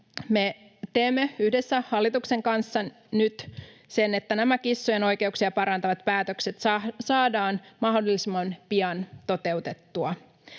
teemme yhdessä hallituksen kanssa nyt sen, että nämä kissojen oikeuksia parantavat päätökset saadaan mahdollisimman pian toteutettua.